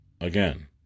again